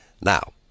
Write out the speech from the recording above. Now